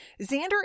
Xander